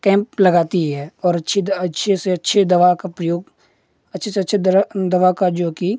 camp लगाती है और अच्छे द अच्छे से अच्छे दवा का प्रयोग अच्छे से अच्छे दवा दवा का जो कि